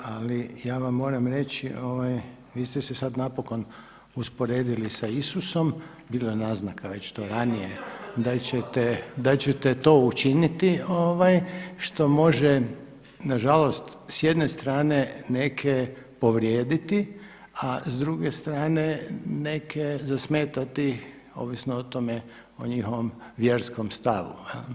Ali ja vam moram reći vi ste se sada napokon usporedili sa Isusom, bila je naznaka već to ranije da ćete to učiniti što može nažalost s jedne strane neke povrijediti, a s druge strane neke zasmetati ovisno o tome o njihovom vjerskom stavu.